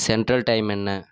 central time என்ன